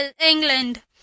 England